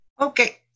Okay